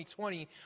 2020